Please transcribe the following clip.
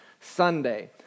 Sunday